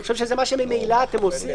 זה מה שממילא אתם עושים.